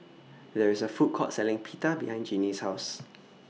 There IS A Food Court Selling Pita behind Ginny's House